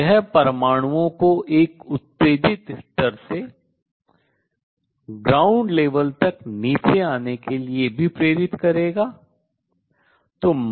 तो यह परमाणुओं को एक उत्तेजित स्तर से आद्य स्तर तक नीचे आने के लिए भी प्रेरित करेगा